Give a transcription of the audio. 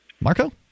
Marco